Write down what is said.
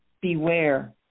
beware